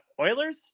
Oilers